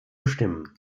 bestimmen